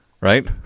right